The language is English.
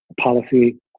policy